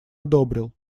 одобрил